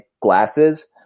glasses